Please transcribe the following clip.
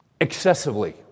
excessively